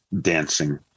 dancing